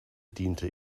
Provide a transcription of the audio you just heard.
diente